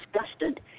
disgusted